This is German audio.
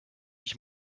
ich